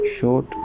short